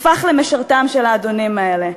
הפך למשרתם של האדונים האלה?